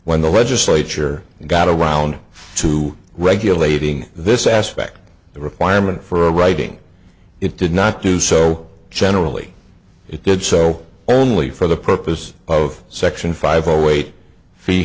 when the legislature got a round to regulating this aspect the requirement for writing it did not do so generally it did so only for the purpose of section five or wait f